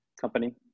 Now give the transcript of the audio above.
company